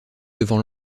devant